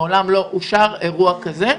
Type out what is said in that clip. מעולם לא אושר אירוע כזה.